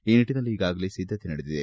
ಈ ನಿಟ್ಟನಲ್ಲಿ ಈಗಾಗಲೇ ಸಿದ್ದತೆ ನಡೆದಿದೆ